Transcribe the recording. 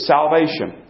Salvation